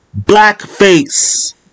blackface